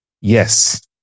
Yes